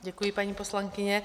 Děkuji, paní poslankyně.